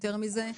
יותר מזה: